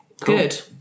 good